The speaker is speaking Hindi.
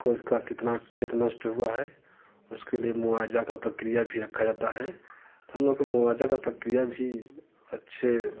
किसका कितना खेत नष्ट हुआ है उसके लिए मुआवजा का प्रक्रिया भी रखा जाता है तो हम लोग को मुआवजा का प्रक्रिया भी अच्छे